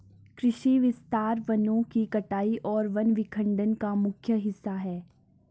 कृषि विस्तार वनों की कटाई और वन विखंडन का मुख्य हिस्सा है